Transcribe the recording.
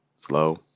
slow